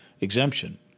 exemption